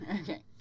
Okay